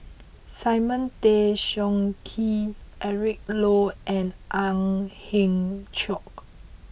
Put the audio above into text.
Simon Tay Seong Chee Eric Low and Ang Hiong Chiok